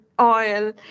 oil